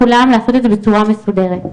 כולם לעשות את זה בצורה מסודרת.